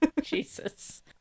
Jesus